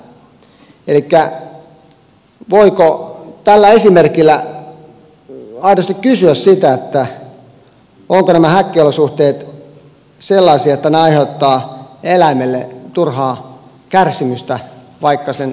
voiko näillä esimerkeillä aidosti kysyä sitä ovatko nämä häkkiolosuhteet sellaisia että ne aiheuttavat eläimelle turhaa kärsimystä vaikka sen turkki kiiltäisi